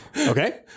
Okay